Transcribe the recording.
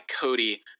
Cody